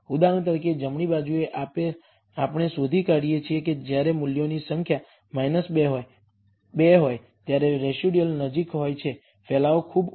ઉદાહરણ તરીકે જમણી બાજુએ આપણે શોધી કાઢીએ છીએ કે જ્યારે મૂલ્યોની સંખ્યા 2 હોય 2 હોય ત્યારે રેસિડયુઅલ નજીક હોય છે ફેલાવો ખૂબ ઓછો છે